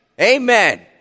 Amen